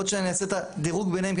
למרות שאני אעשה את הדירוג ביניהם,